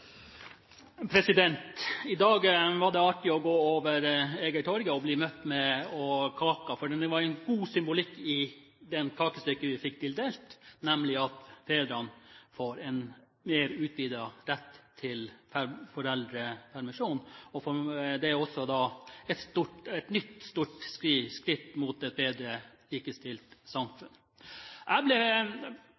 omsorg. I dag var det artig å gå over Egertorget og bli møtt med kake, for det var en god symbolikk i det kakestykket vi fikk tildelt, nemlig at fedrene får en mer utvidet rett til foreldrepermisjon. Og det er et nytt, stort skritt mot et mer likestilt